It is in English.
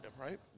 right